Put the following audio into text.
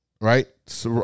right